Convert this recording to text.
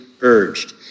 urged